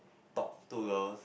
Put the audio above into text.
talk to girls